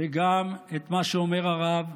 וגם את מה שאומר הרב,